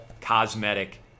cosmetic